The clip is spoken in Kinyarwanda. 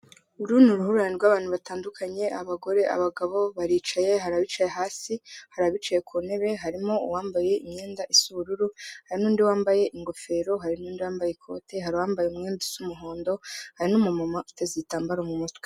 Uru ni uruhurirane rw'abantu batandukanye abagore, abagabo baricaye ha bicaye hasi hari abicaye ku ntebe harimo uwambaye imyenda isa ubururu hari n'undi wambaye ingofero hari n'undi wambaye ikote hari uwambaye umwenda usa umuhondo hari n'umuma uteze igitambaro mu mutwe.